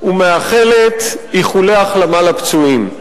ומאחלת איחולי החלמה לפצועים.